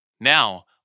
Now